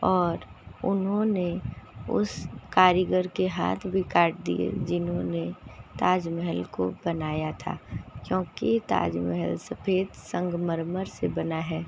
और उन्होंने उस कारीगर के हाथ भी काट दिए जिन्होंने ताजमहल को बनाया था क्योंकि ताजमहल सफ़ेद संगमरमर से बना है